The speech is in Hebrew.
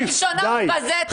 די.